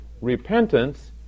repentance